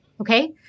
okay